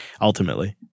ultimately